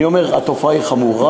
אני אומר, התופעה חמורה.